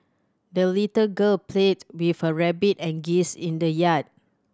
the little girl played with her rabbit and geese in the yard